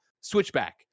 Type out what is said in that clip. Switchback